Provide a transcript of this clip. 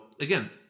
again